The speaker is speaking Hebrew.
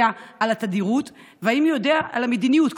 על התדירות והאם הוא יודע על המדיניות?